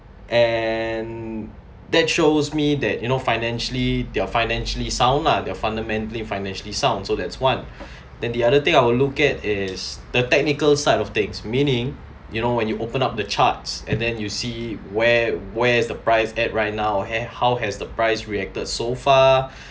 and that shows me that you know financially they're financially sound lah they're fundamentally financially sound so that's one then the other thing I will look at is the technical side of things meaning you know when you open up the charts and then you see where where's the price at right now ha~ how has the price reacted so far